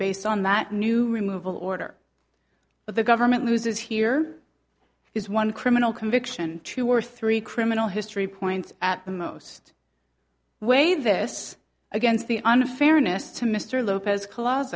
based on that new removal order but the government loses here is one criminal conviction true or three criminal history points at the most way this against the unfairness to mr lopez cl